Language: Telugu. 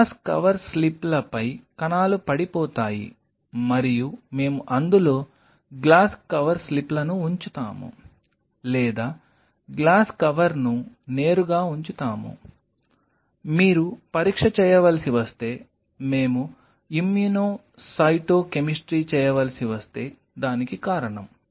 గ్లాస్ కవర్ స్లిప్లపై కణాలు పడిపోతాయి మరియు మేము అందులో గ్లాస్ కవర్ స్లిప్లను ఉంచుతాము లేదా గ్లాస్ కవర్ను నేరుగా ఉంచుతాము మీరు పరీక్ష చేయవలసి వస్తే మేము ఇమ్యునో సైటో కెమిస్ట్రీ చేయవలసి వస్తే దానికి కారణం